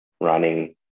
running